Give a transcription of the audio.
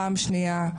פעם שנייה,